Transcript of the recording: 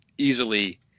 Easily